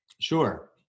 Sure